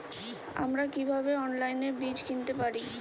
আমরা কীভাবে অনলাইনে বীজ কিনতে পারি?